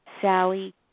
Sally